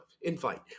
Invite